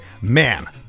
man